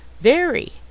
Very